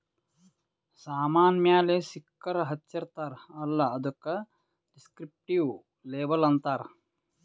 ಸಾಮಾನ್ ಮ್ಯಾಲ ಸ್ಟಿಕ್ಕರ್ ಹಚ್ಚಿರ್ತಾರ್ ಅಲ್ಲ ಅದ್ದುಕ ದಿಸ್ಕ್ರಿಪ್ಟಿವ್ ಲೇಬಲ್ ಅಂತಾರ್